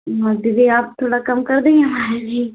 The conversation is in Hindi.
हाँ दीदी आप थोड़ा कम कर दें हमारे लिए